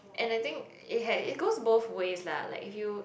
and I think it ha~ it goes both ways lah like if you